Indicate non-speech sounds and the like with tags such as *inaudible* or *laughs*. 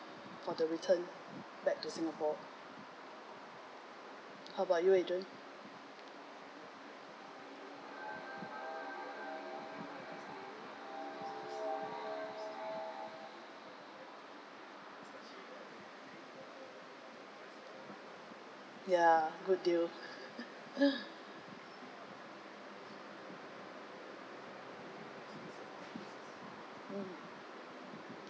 for the return back to singapore how about you adrian ya good deal *laughs* mm